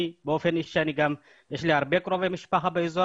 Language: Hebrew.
באופן אישי יש לי הרבה קרובי משפחה באזור